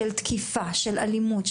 של אלימות,